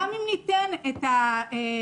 גם אם ניתן את הרשות,